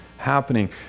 happening